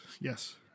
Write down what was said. yes